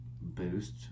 boost